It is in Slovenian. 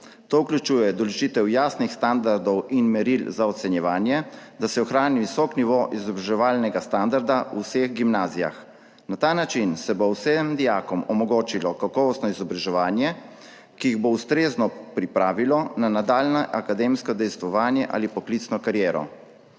To vključuje določitev jasnih standardov in meril za ocenjevanje, da se ohrani visok nivo izobraževalnega standarda v vseh gimnazijah. Na ta način se bo vsem dijakom omogočilo kakovostno izobraževanje, ki jih bo ustrezno pripravilo na nadaljnje akademsko udejstvovanje ali poklicno kariero.